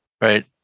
Right